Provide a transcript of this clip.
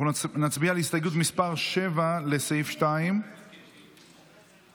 נצביע על הסתייגות מס' 7, לסעיף 2. הצבעה.